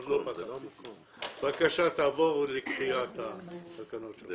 בבקשה, תעבור לקריאת התקנות.